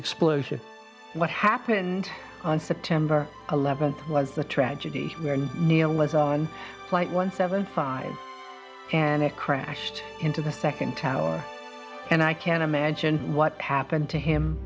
explosion what happened on september eleventh was the tragedy where he was on flight one seven fine and it crashed into the second tower and i can't imagine what happened to him